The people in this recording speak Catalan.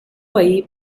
veí